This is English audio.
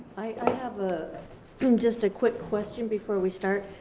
i have ah um just a quick question before we start.